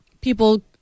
people